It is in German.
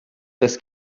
das